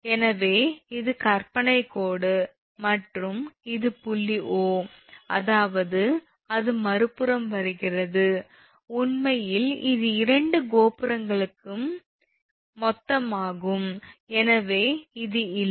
எனவே இது கற்பனை கோடு மற்றும் இது புள்ளி 𝑂 அதாவது அது மறுபுறம் வருகிறது உண்மையில் இது இரண்டு கோபுரங்களுக்கான மொத்தமாகும் எனவே இது இல்லை